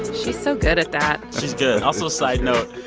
she's so good at that she's good. also, a side note,